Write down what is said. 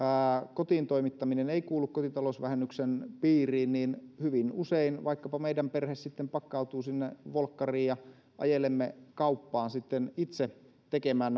kotiin toimittaminen ei kuulu kotitalousvähennyksen piiriin niin hyvin usein vaikkapa meidän perhe sitten pakkautuu sinne volkkariin ja ajelemme kauppaan itse tekemään